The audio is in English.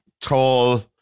tall